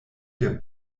der